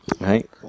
Right